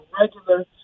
regular